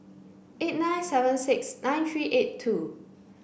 eight nine seven six nine three eight two